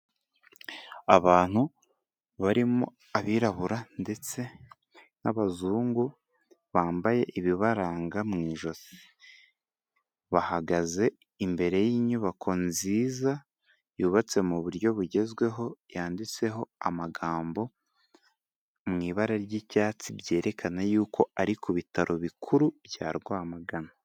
Abantu barimo abirabura ndetse n'abazungu bambaye ibibaranga mu ijosi. Bahagaze imbere y'inyubako nziza yubatse mu buryo bugezweho, yanditseho amagambo mu ibara ry'icyatsi byerekana yuko ari ku bitaro bikuru bya Rwamagana.